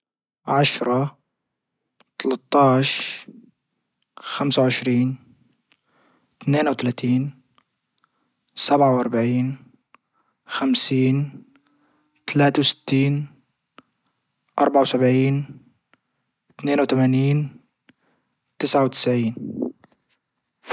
عشرة ثلاثة عشر خمسة وعشرين اثنين وتلاتين سبعة واربعين خمسين ثلاثة وستين اربعة وسبعين اثنين وثمانين تسعة وتسعين.